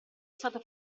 stato